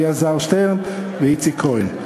אלעזר שטרן ואיציק כהן.